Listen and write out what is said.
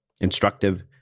instructive